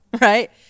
right